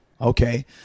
Okay